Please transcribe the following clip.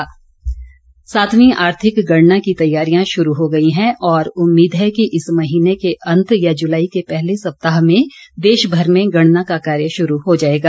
आर्थिक गणना सातवीं आर्थिक गणना की तैयारियां शुरू हो गई हैं और उम्मीद है कि इस महीने के अंत या जुलाई के पहले सप्ताह में देश भर में गणना का कार्य शुरू हो जाएगा